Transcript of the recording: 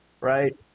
right